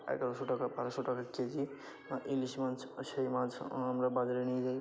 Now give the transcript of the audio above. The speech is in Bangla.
এগারোশো টাকা বারোশো টাকার কেজি ইলিশ মাছ সেই মাছ আমরা বাজারে নিয়ে যাই